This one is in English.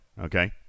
okay